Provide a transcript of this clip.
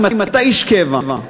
אם אתה איש קבע,